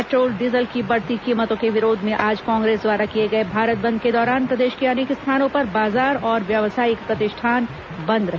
petrol diesel की बढ़ती कीमतों के विरोध में आज कांग्रेस द्वारा किए गए भारत बंद के दौरान प्रदेश के अनेक स्थानों पर बाजार और व्यावसायिक प्रतिष्ठान बंद रहे